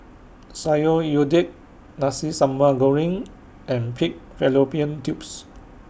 Sayur Lodeh Nasi Sambal Goreng and Pig Fallopian Tubes